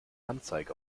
anzeige